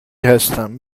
هستم